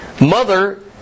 mother